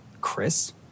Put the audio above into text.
Chris